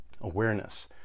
Awareness